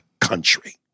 country